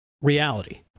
reality